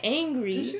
angry